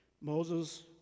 Moses